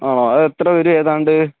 ആണോ അതെത്ര വരും ഏതാണ്ട്